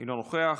אינו נוכח,